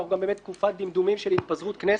ואנחנו גם באמת בתקופת דמדומים של התפזרות כנסת.